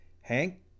Hank